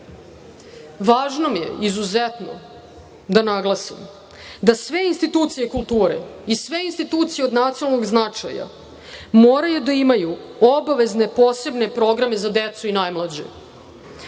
mi je izuzetno da naglasim da sve institucije kulture i sve institucije od nacionalnog značaja moraju da imaju obavezne posebne programe za decu i najmlađe.